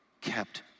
kept